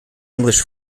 english